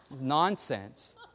nonsense